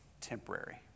temporary